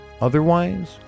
Otherwise